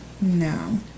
No